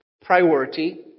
priority